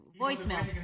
voicemail